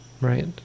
right